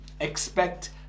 Expect